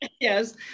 yes